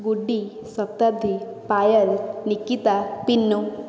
Gudi Shatabdi Payal Nikita Pinnu